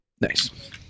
Nice